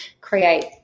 create